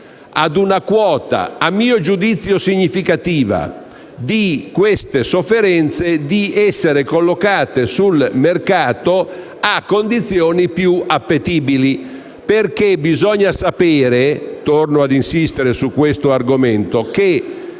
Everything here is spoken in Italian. ad una quota, a mio giudizio significativa, di queste sofferenze di essere collocate sul mercato a condizioni più appetibili. Bisogna infatti sapere, torno ad insistere su questo argomento, che